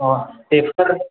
बेफोर